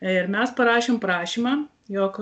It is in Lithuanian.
ir mes parašėm prašymą jog